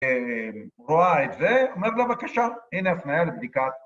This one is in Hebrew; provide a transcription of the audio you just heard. ‫רואה את זה, אומר לו בבקשה, הנה הפנייה לבדיקת...